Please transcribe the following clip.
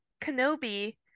Kenobi